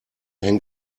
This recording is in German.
hängt